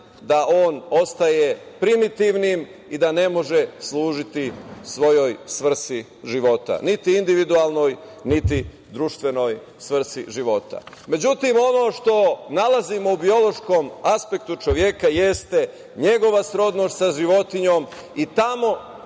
on ostaje primitivnim i ne može služiti svojoj svrsi života, niti individualnoj, niti društvenoj svrsi života.Međutim, ono što nalazimo u biološkom aspektu čoveka jeste njegova srodnost sa životinjom. Tamo